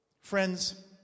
Friends